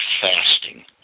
fasting